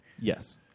Yes